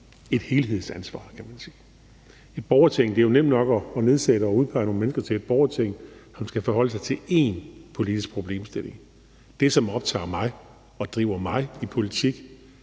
et helhedsansvar, kan man sige. Det er jo nemt nok at nedsætte et borgerting og udpege nogle mennesker til det, som så skal forholde sig til én politisk problemstilling. Det, som optager mig og driver mig i politik,